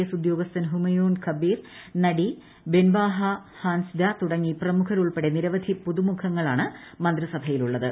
S ഉദ്യോഗസ്ഥൻ ഹുമയൂൺ കബിർ നടി ബിർബാഹ ഹാൻസ്ഡ തുടങ്ങി പ്രമുഖരുൾപ്പെടെ നിരവധി പുതുമുഖങ്ങളാണ് മന്ത്രിസഭയിലുള്ളത്